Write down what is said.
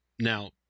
Now